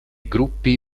gruppi